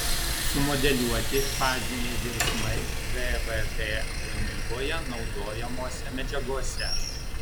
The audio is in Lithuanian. sumodeliuoti faziniai virsmai dvd gamyboje naudojamose medžiagose